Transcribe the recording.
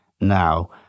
now